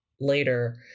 later